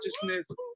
consciousness